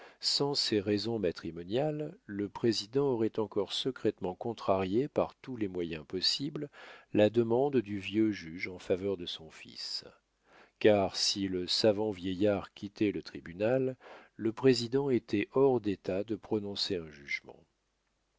sans ses raisons matrimoniales le président aurait encore secrètement contrarié par tous les moyens possibles la demande du vieux juge en faveur de son fils car si le savant vieillard quittait le tribunal le président était hors d'état de prononcer un jugement